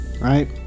right